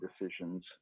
decisions